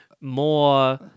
more